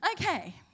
Okay